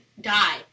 die